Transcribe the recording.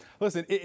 Listen